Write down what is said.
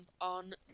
on